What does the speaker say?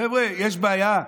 חבר'ה, יש בעיה.